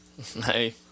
Hey